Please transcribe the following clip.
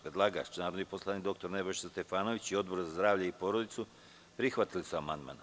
Predlagač narodni poslanik dr Nebojša Stefanović i Odbor za zdravlje i porodicu prihvatili su amandman.